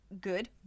good